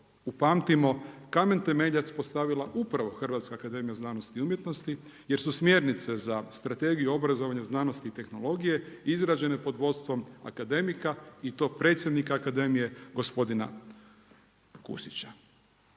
upamtimo kamen temeljac postavila upravo HAZU jer su smjernice za Strategiju obrazovanja, znanosti i tehnologije izrađene pod vodstvom akademika i to predsjednika Akademije, gospodina Kusića.